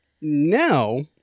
now